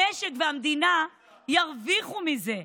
המשק והמדינה ירוויחו מזה.